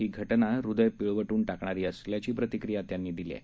ही घटना हृदय पिळवटून टाकणारी असल्याची प्रतिक्रिया टोपे यांनी दिली आहे